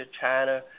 China